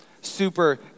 super